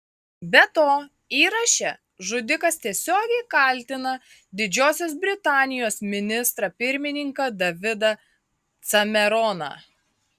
be to įraše žudikas tiesiogiai kaltina didžiosios britanijos ministrą pirmininką davidą cameroną